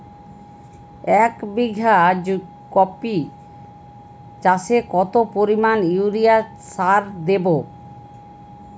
এক বিঘা কপি চাষে কত পরিমাণ ইউরিয়া সার দেবো?